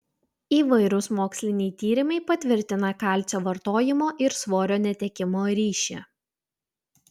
įvairūs moksliniai tyrimai patvirtina kalcio vartojimo ir svorio netekimo ryšį